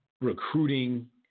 recruiting